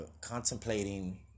contemplating